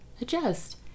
adjust